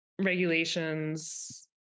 Regulations